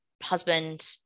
husband